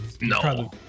No